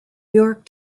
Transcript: york